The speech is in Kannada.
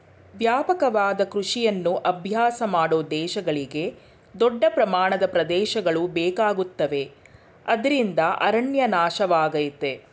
ವ್ಯಾಪಕವಾದ ಕೃಷಿಯನ್ನು ಅಭ್ಯಾಸ ಮಾಡೋ ದೇಶಗಳಿಗೆ ದೊಡ್ಡ ಪ್ರಮಾಣದ ಪ್ರದೇಶಗಳು ಬೇಕಾಗುತ್ತವೆ ಅದ್ರಿಂದ ಅರಣ್ಯ ನಾಶವಾಗಯ್ತೆ